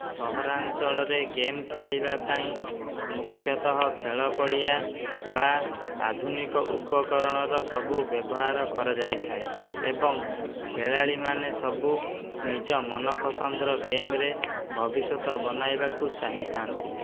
ସହରାଞ୍ଚଳ ରେ ଗେମ୍ ଖେଳିବା ପାଇଁ ମୁଖ୍ୟତଃ ଖେଳ ପଡ଼ିଆ ବା ଆଧୁନିକ ଉପକରଣର ସବୁ ବ୍ୟବହାର କରାଯାଇଥାଏ ଏବଂ ଖେଳାଳି ମାନେ ସବୁ ନିଜ ମନ ପସନ୍ଦର ଗେମ୍ରେ ଭବିଷ୍ୟତ ବନାଇବାକୁ ଚାହିଁଥାନ୍ତି